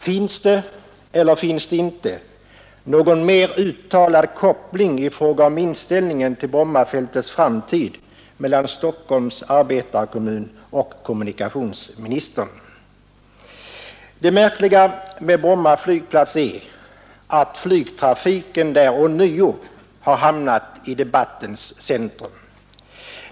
Finns det — eller finns det inte - någon mer uttalad koppling i fråga om inställningen till Brommafältets framtid mellan Stockholms arbetarekommun och kommunikationsministern? Det märkliga med Bromma flygplats är att flygtrafiken där ånyo har hamnat i debattens centrum.